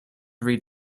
read